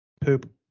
Poop